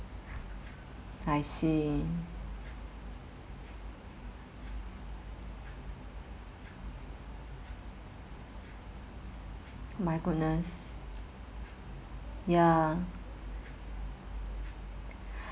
I see my goodness ya